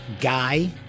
guy